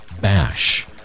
Bash